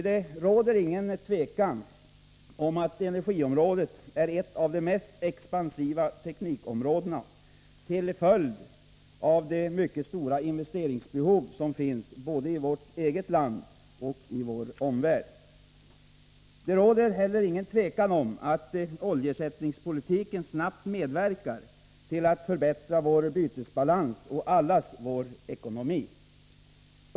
Det råder nämligen inget tvivel om att energiområdet är ett av de mest expansiva teknikområdena, till följd av de mycket stora investeringsbehov som finns både i vårt eget land och i vår omvärld. Det råder heller inget tvivel om att oljeersättningspolitiken snabbt medverkar till att förbättra vår bytesbalans och allas vår ekonomi.